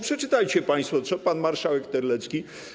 Przeczytajcie państwo, co pan marszałek Terlecki.